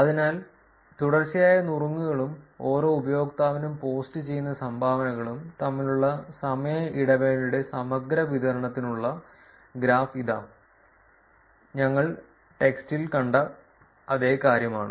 അതിനാൽ തുടർച്ചയായ നുറുങ്ങുകളും ഓരോ ഉപയോക്താവിനും പോസ്റ്റുചെയ്യുന്ന സംഭാവനകളും തമ്മിലുള്ള സമയ ഇടവേളയുടെ സമഗ്ര വിതരണത്തിനുള്ള ഗ്രാഫ് ഇതാ ഞങ്ങൾ ടെക്സ്റ്റിൽ കണ്ട അതേ കാര്യമാണ്